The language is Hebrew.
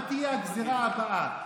מה תהיה הגזרה הבאה?